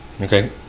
Okay